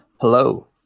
Hello